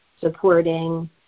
supporting